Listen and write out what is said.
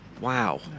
Wow